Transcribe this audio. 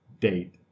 date